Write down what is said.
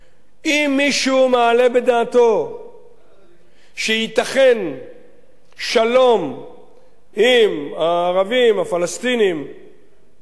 אם מישהו מעלה בדעתו שייתכן שלום עם הערבים הפלסטינים ביהודה,